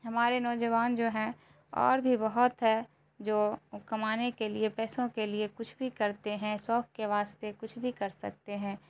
ہمارے نوجوان جو ہیں اور بھی بہت ہے جو کمانے کے لیے پیسوں کے لیے کچھ بھی کرتے ہیں شوق کے واسطے کچھ بھی کر سکتے ہیں